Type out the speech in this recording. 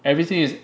everything is